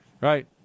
Right